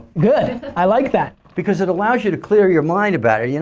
good, i like that. because it allows you to clear your mind about it. you know